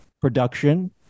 production